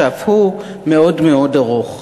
שאף הוא מאוד מאוד ארוך.